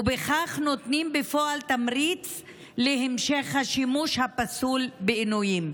ובכך נותנים בפועל תמריץ להמשך השימוש הפסול בעינויים.